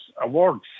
awards